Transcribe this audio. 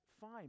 fine